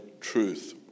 truth